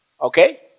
Okay